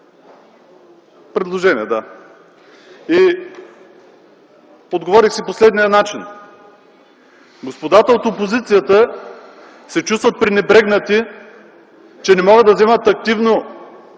предложение е. Отговорих си по следния начин. Господата от опозицията се чувстват пренебрегнати, че не могат да вземат активно